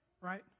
right